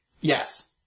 Yes